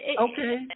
okay